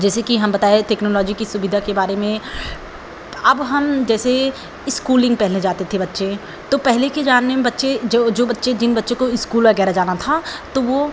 जैसे कि हम बताए तेक्नोलॉजी की सुविधा के बारे में ताे अब हम जैसे इस्कूलिंग पहले जाते थे बच्चे तो पहले के ज़माने में बच्चे जो जो बच्चे जिन बच्चों को इस्कूल वग़ैरह जाना था तो वह